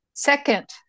Second